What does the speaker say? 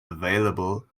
available